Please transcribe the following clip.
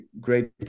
great